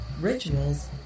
rituals